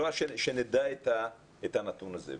שנדע את הנתון זה.